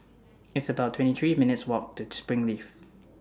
It's about twenty three minutes' Walk to Springleaf